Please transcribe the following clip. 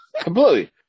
completely